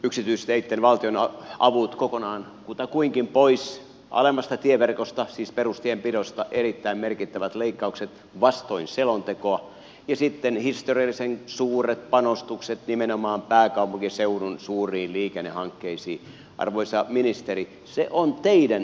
yksityisteitten valtionavut kutakuinkin kokonaan pois alemmasta tieverkosta siis perustienpidosta erittäin merkittävät leikkaukset vastoin selontekoa ja sitten historiallisen suuret panostukset nimenomaan pääkaupunkiseudun suuriin liikennehankkeisiin arvoisa ministeri se on teidän linjavalintanne